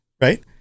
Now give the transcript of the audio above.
Right